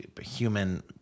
human